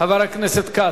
חבר הכנסת כץ,